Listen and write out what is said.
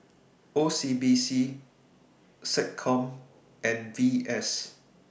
O C B C Seccom and V S